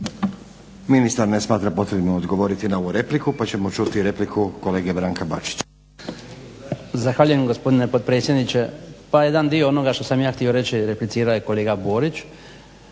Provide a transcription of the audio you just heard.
Ministar ne smatra potrebnim odgovoriti na ovu repliku kolege Branka Bačića. **Bačić, Branko (HDZ)** Zahvaljujem gospodine potpredsjedniče. Pa jedan dio onoga što sam ja htio reći replicirao je kolega Borić.